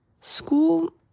School